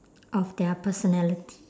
of their personality